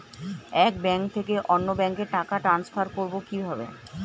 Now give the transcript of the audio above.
এক ব্যাংক থেকে অন্য ব্যাংকে টাকা ট্রান্সফার করবো কিভাবে?